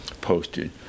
posted